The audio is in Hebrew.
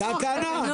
תקנות זה חוק.